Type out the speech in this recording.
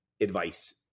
advice